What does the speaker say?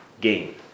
gain